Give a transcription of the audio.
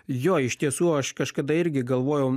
jo iš tiesų aš kažkada irgi galvojau